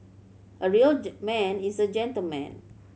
a real man is a gentleman